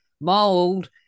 mold